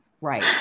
Right